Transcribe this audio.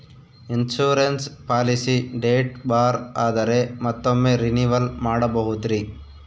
Insurance policy date bar ಆದರೆ ಮತ್ತೊಮ್ಮೆ renewal ಮಾಡಬಹುದ್ರಿ?